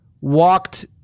walked